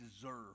deserve